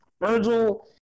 Virgil